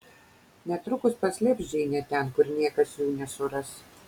netrukus paslėps džeinę ten kur niekas jų nesuras